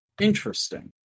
Interesting